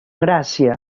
gràcia